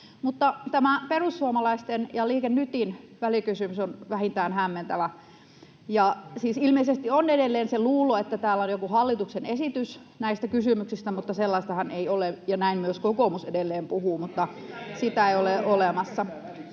tämä perussuomalaisten ja Liike Nytin välikysymys on vähintään hämmentävä. Siis ilmeisesti on edelleen se luulo, että täällä on joku hallituksen esitys näistä kysymyksistä, mutta sellaistahan ei ole. Näin myös kokoomus edelleen puhuu, mutta sitä ei ole olemassa.